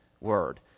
word